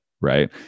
right